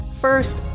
First